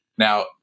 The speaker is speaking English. Now